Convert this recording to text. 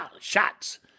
shots